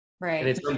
Right